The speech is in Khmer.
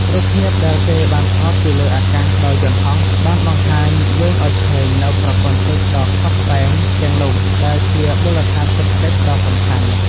រូបភាពដែលគេបានថតពីលើអាកាសដោយយន្តហោះ បានបង្ហាញយើងឱ្យឃើញនូវ ប្រព័ន្ធទឹកដ៏ខ្វាត់ខ្វែង ទាំងនោះ ដែលជា មូលដ្ឋានសេដ្ឋកិច្ច ដ៏សំខាន់។